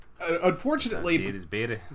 unfortunately